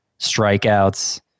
strikeouts